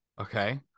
Okay